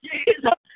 Jesus